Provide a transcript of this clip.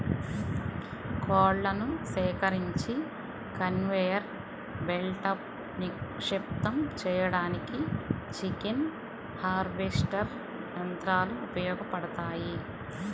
కోళ్లను సేకరించి కన్వేయర్ బెల్ట్పై నిక్షిప్తం చేయడానికి చికెన్ హార్వెస్టర్ యంత్రాలు ఉపయోగపడతాయి